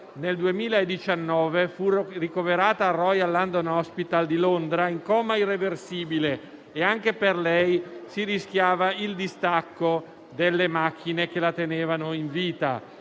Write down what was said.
nel 2019 fu ricoverata al Royal London Hospital di Londra in coma irreversibile e anche per lei si rischiava il distacco delle macchine che la tenevano in vita.